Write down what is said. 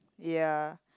ya